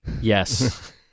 Yes